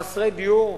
חסרי דיור?